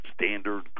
standard